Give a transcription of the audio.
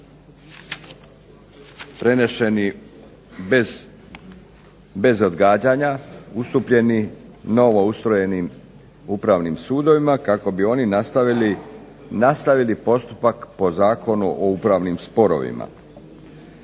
prenešeni bez odgađanja ustupljeni novoustrojenim upravnim sudovima kako bi oni nastavili postupak po Zakonu o upravnim sporovima.